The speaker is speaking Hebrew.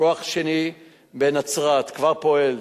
כוח שני בנצרת, כבר פועל.